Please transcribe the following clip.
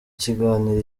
kiganiro